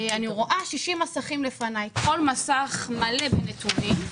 אני רואה 60 מסכים לפניי, כל מסך מלא בנתונים.